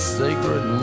sacred